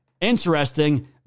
interesting